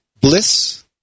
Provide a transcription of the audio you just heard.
bliss